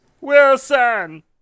Wilson